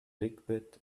liquid